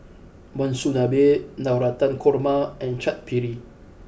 Monsunabe Navratan Korma and Chaat Papri